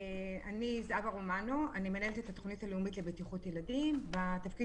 אני מנהלת את התוכנית הלאומית לבטיחות ילדים והתפקיד